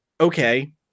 okay